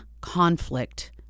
conflict